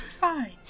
fine